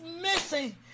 missing